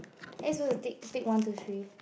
are we supposed to take take one two three